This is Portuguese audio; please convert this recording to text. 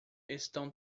estão